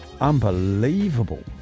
Unbelievable